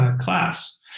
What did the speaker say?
class